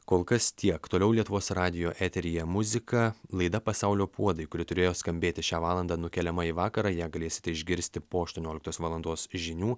kol kas tiek toliau lietuvos radijo eteryje muzika laida pasaulio puodai kuri turėjo skambėti šią valandą nukeliama į vakarą ją galėsite išgirsti po aštuonioliktos valandos žinių